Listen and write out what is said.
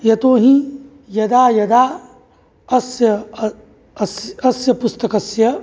यतोहि यदा यदा अस्य पुस्तकस्य